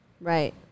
right